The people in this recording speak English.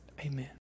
Amen